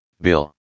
Bill